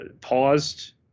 paused